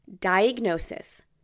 Diagnosis